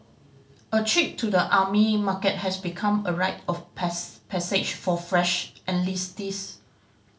a trip to the Army Market has become a rite of passage for fresh enlistees